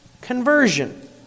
conversion